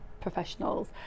professionals